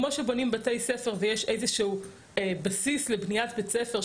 כמו שכשבונים בתי ספר יש איזשהו בסיס לבניית בית ספר,